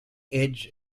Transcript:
edge